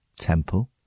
temple